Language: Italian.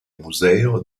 museo